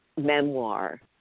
memoir